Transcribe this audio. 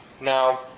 now